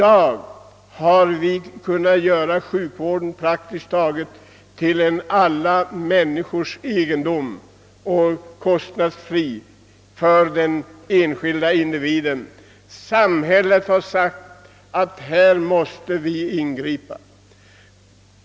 Nu har vi gjort sjukvården till någonting som alla människor kostnadsfritt kommer i åtnjutande av. Där har samhället ingripit.